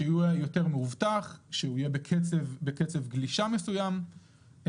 שיהיה יותר מאובטח, שיהיה בקצב גלישה מסוים.